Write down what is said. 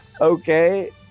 okay